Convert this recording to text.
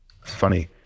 funny